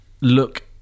look